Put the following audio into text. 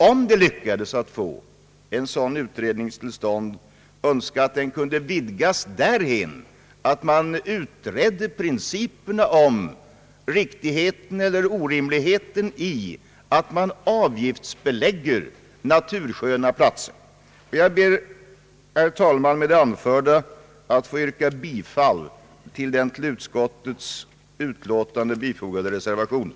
Om det lyckas att få en sådan utredning till stånd önskar jag att den kunde utvidgas till att utreda principerna om riktigheten eller orimligheten i att avgiftsbelägga natursköna platser. Jag ber, herr talman, med det anförda att få yrka bifall till den till utskottets utlåtande fogade reservationen.